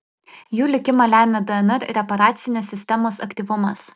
jų likimą lemia dnr reparacinės sistemos aktyvumas